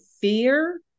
fear